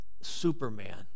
Superman